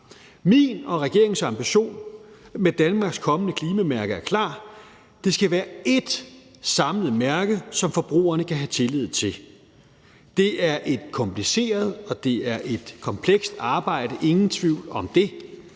Min og regeringens ambition med Danmarks kommende klimamærke er klar: Det skal være ét samlet mærke, som forbrugerne kan have tillid til. Det er et kompliceret og det er et komplekst arbejde, ingen tvivl om det.